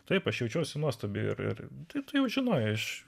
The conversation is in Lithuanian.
taip aš jaučiuosi nuostabi ir tai tu jau žinojai aš